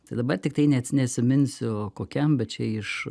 tai dabar tiktai nets neatsiminsiu kokiam bet čia iš